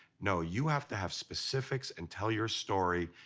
no, you have to have specifics and tell your story,